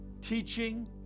teaching